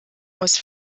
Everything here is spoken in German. aus